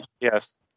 yes